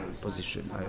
position